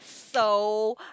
so